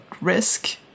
risk